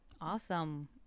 awesome